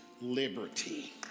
liberty